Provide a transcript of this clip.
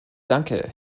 danke